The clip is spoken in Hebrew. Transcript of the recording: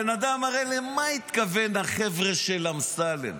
הרי למה התכוון הבן אדם, "החבר'ה של אמסלם"?